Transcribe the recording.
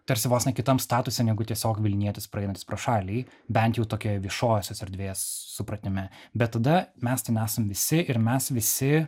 tarsi vos ne kitam statuse negu tiesiog vilnietis praeinantis pro šalį bent jau tokioj viešosios erdvės supratime bet tada mes ten esam visi ir mes visi